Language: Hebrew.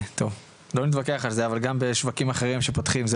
טוב לא נתווכח על זה אבל גם בשווקים אחרים שפותחים,